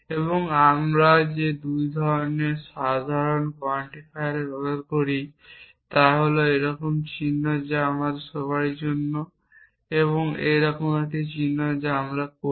এবং আমরা যে 2টি সবচেয়ে সাধারণ কোয়ান্টিফায়ার ব্যবহার করি তা হল এইরকম চিহ্ন যা আমরা পড়ি সবার জন্য এবং এইরকম একটি চিহ্ন যা আমরা পড়ি